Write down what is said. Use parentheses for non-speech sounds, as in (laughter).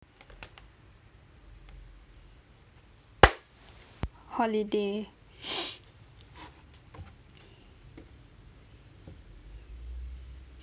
holiday (noise)